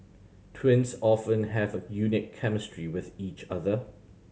twins often have a unique chemistry with each other